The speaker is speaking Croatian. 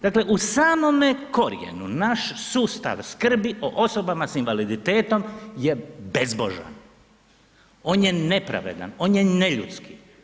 Dakle, u samome korijenu naš sustav skrbi o osobama s invaliditetom je bezbožan, on je nepravedan, on je neljudski.